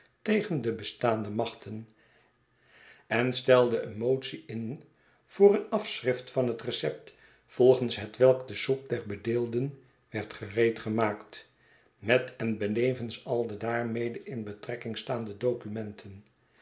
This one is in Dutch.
tegen de bestaande machten en stelde een motie in voor een afschrift van het recept volgens hetwelk de soepderbedeelden werdgereedgemaakt met en benevens al de daarmede in betrekking staande documenten